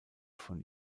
von